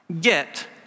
get